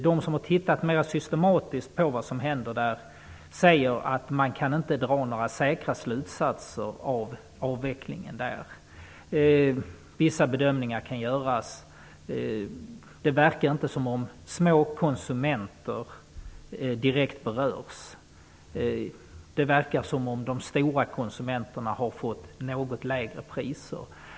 De som har tittat mera systematiskt på vad som händer där säger att man inte kan dra några säkra slutsatser av avvecklingen men att vissa bedömningar kan göras. Det verkar inte som om små konsumenter direkt berörs. Det verkar som om de stora konsumenterna har fått något lägre priser.